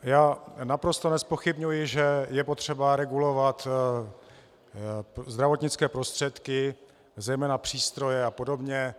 Já naprosto nezpochybňuji, že je potřeba regulovat zdravotnické prostředky, zejména přístroje a podobně.